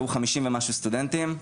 היו חמישים ומשהו סטודנטים.